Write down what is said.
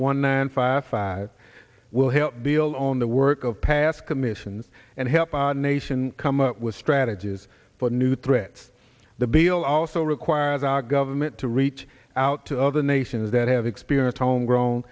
one nine five five will help deal on the work of past commissions and help our nation come up with strategies for new threats the bill also requires our government to reach out to other nations that have experienced homegrown